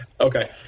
Okay